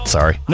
Sorry